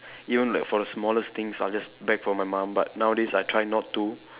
even like for the smallest things I'll just beg from my mum but nowadays I try not to